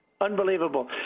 unbelievable